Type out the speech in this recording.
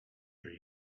for